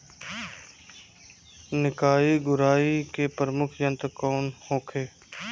निकाई गुराई के प्रमुख यंत्र कौन होखे?